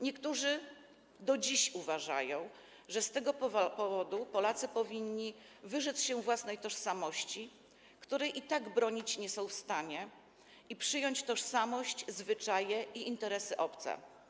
Niektórzy do dziś uważają, że z tego powodu Polacy powinni wyrzec się własnej tożsamości, której i tak obronić nie są w stanie, i przyjąć tożsamość, zwyczaje i interesy obce.